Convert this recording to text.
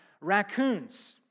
raccoons